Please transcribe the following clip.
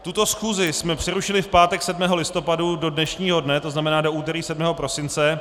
Tuto schůzi jsme přerušili v pátek 7. listopadu do dnešního dne, to znamená do úterý 7. prosince.